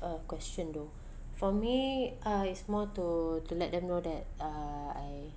uh question though for me uh is more to to let them know that uh I